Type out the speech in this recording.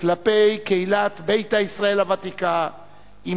כלפי קהילת "ביתא ישראל" הוותיקה אם